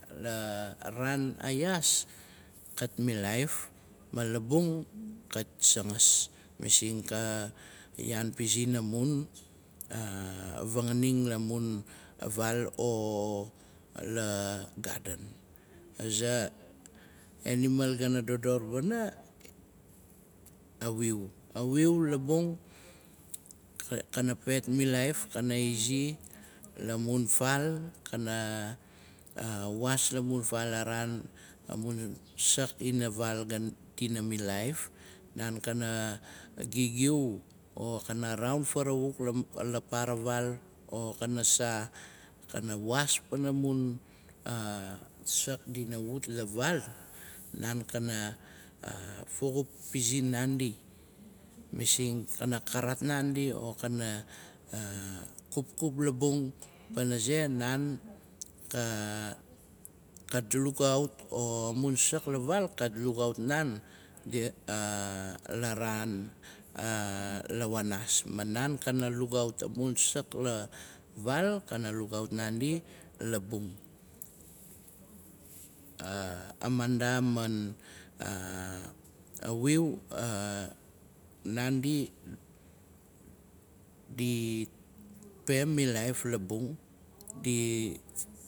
La raan a yaas kat milaif, ma labung kat sagas. Masing kai- i iyaan pizin amun vanganing la mun faal o la gaden. Aza enimal gana dodor wana, a wiu. A wiu labung kanat pe milaif, kana izi la mun faal, kana was la mun faal la raan, amun sak ila faal dina milaif, naan kana gigiu o kana raun farawuk la para vaal o kana o kana waas pana mun sak dina wat la vaal, naan kana fa up pizin naandi. Masing kana karat naandi o kana kupkup labung, panaze naan kat lugaut o mun sak la vaal kat lugaut naan, la raan a la waanaas, ma naan kana lugaut amun sak la vaal kana lugaut naandi labung. A manda ma a wiu, naandi di pe milaif labung di.